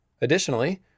Additionally